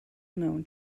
known